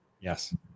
Yes